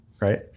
right